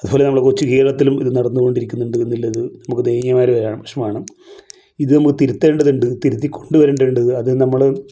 അതുപോലെ നമ്മുടെ കൊച്ചു കേരളത്തിലും ഇത് നടന്നുകൊണ്ടിരിക്കുന്നുണ്ട് എന്നുള്ളത് നമുക്ക് ദയനീയമായ ഒരു കാര്യമാണ് വിഷമമാണ് ഇത് നമ്മൾ തിരുത്തേണ്ടതുണ്ട് തിരുത്തിക്കൊണ്ട് വരേണ്ടതുണ്ട് അത് നമ്മൾ